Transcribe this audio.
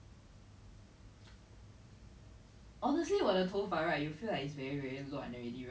um because she was wearing revealing clothes is very very different like they're not on the same spectrum in my opinion